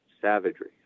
savagery